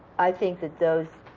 think that those.